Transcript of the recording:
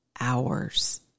hours